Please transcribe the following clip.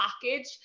package